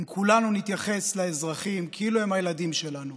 אם כולנו נתייחס לאזרחים כאילו הם הילדים שלנו,